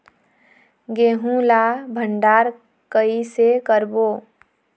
गेहूं ला भंडार कई से करबो?